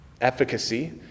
efficacy